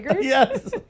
Yes